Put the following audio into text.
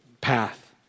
path